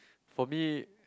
for me